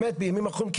באמת בימים האחרונים,